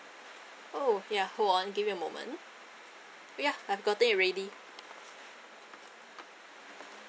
oh ya hold on give me a moment yeah I've got it already